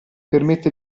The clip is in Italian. permette